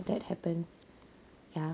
that happens ya